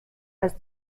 als